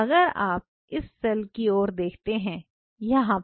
अगर आप इस सेल की ओर देखते हैं यहां पर